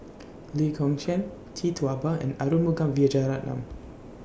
Lee Kong Chian Tee Tua Ba and Arumugam Vijiaratnam